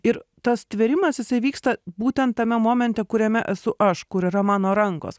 ir tas tvėrimas jisai vyksta būtent tame momente kuriame esu aš kur yra mano rankos